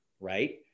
Right